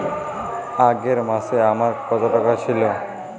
আগের মাসে আমার কত টাকা ছিল?